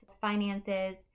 finances